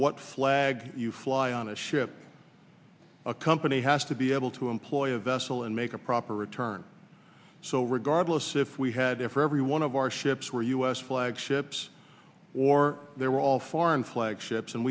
what flag you fly on a ship a company has to be able to employ a vessel and make a proper return so regardless if we had if every one of our ships were u s flagged ships or there were all foreign flagships and